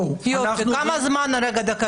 יוליה מלינובסקי